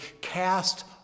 cast